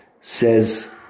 says